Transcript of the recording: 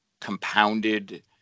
compounded